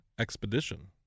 expedition